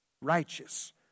righteous